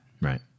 right